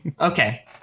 Okay